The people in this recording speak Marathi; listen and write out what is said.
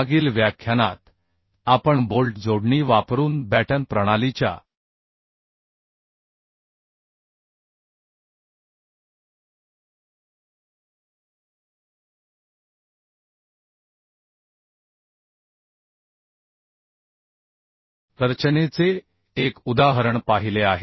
मागील व्याख्यानात आपण बोल्ट जोडणी वापरून बॅटन प्रणालीच्या रचनेचे एक उदाहरण पाहिले आहे